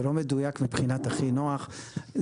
זה לא מדויק מבחינת הכי נוח,